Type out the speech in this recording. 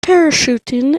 parachuting